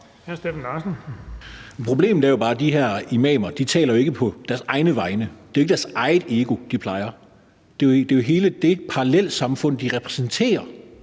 Problemet er bare, at de her imamer jo ikke taler på deres egne vegne. Det er jo ikke deres eget ego, de plejer; det er jo hele det parallelsamfund, de repræsenterer,